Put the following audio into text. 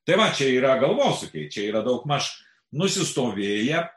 tai va čia yra galvosūkiai čia yra daugmaž nusistovėję